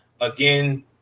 Again